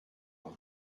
loin